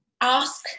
ask